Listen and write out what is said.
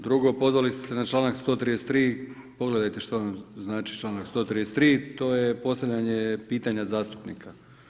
Drugo, pozvali ste se na članak 133. pogledajte što vam znači članak 133, to je postavljanje pitanja zastupnika.